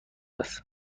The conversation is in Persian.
است